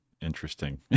interesting